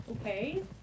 Okay